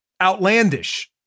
outlandish